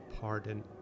Pardon